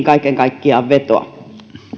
kaiken kaikkiaan vetoa